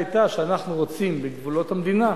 היתה שאנחנו רוצים בגבולות המדינה,